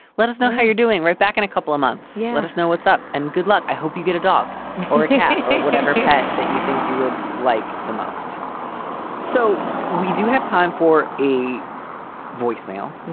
let us know how you're doing right back in a couple of months. yeah let us know what's up. and good luck. i hope you get a dog or yeah whatever pet that you think you would like the most so we do have time for a voicemail,